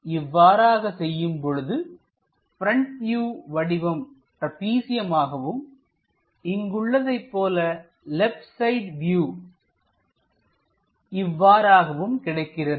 இவ்வாறாக செய்யும்பொழுது front view வடிவம் ட்ராப்பிசியமாகவும் இங்கு உள்ளதைப் போல லெப்ட் சைடு வியூ இவ்வாறாகவும் கிடைக்கிறது